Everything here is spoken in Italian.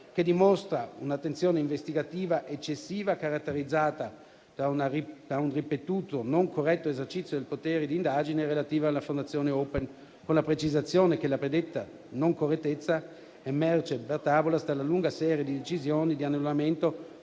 che dimostra un'attenzione investigativa eccessiva, caratterizzata da un ripetuto non corretto esercizio del potere di indagine relativo alla Fondazione Open, con la precisazione che la predetta non correttezza emerge, *per tabulas*, dalla lunga serie di decisioni di annullamento